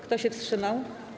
Kto się wstrzymał?